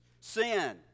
Sin